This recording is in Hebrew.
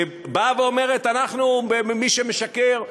שבאה ואומרת: מי שמשקר,